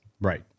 Right